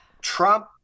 Trump